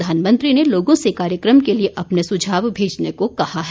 प्रधानमंत्री ने लोगों से कार्यक्रम के लिए अपने सुझाव भेजने को कहा है